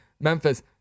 Memphis